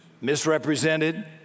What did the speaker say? misrepresented